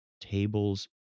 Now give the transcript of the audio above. tables